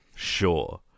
sure